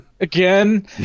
again